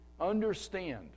understand